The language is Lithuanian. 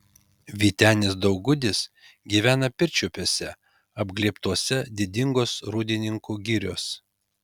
vytenis daugudis gyvena pirčiupiuose apglėbtuose didingos rūdininkų girios